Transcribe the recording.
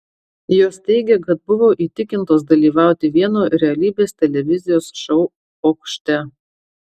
jos teigia kad buvo įtikintos dalyvauti vieno realybės televizijos šou pokšte